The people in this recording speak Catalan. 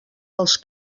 els